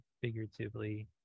figuratively